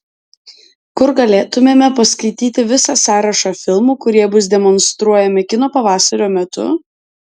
kur galėtumėme paskaityti visą sąrašą filmų kurie bus demonstruojami kino pavasario metu